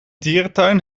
dierentuin